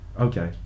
Okay